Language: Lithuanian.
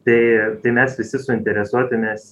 tai tai mes visi suinteresuoti mes